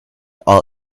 all